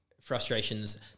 frustrations